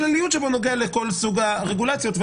נוגע לכל סוג הרגולציות בגלל הכלליות שלו.